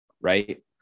right